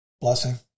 blessing